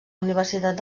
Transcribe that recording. universitat